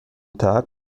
tage